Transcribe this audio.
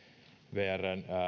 vrn